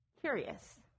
curious